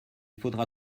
faudra